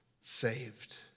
saved